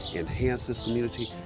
enhance this community,